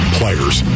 players